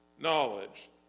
knowledge